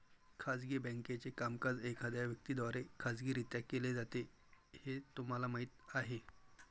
खाजगी बँकेचे कामकाज एखाद्या व्यक्ती द्वारे खाजगीरित्या केले जाते हे तुम्हाला माहीत आहे